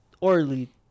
orally